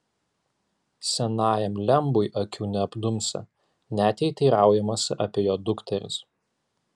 senajam lembui akių neapdumsi net jei teiraujamasi apie jo dukteris